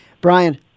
Brian